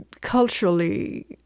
culturally